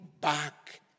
back